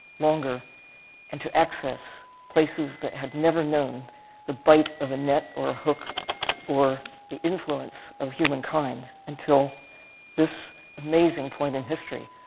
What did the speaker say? longer and to access places that had never known the bite of a net or hook or the influence of humankind until this amazing point in history,